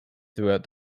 throughout